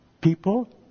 People